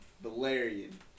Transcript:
Valerian